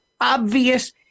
obvious